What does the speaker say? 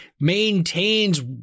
Maintains